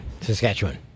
Saskatchewan